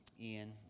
ian